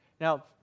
Now